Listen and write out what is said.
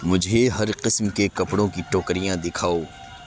مجھے ہر قسم کے کپڑوں کی ٹوکریاں دکھاؤ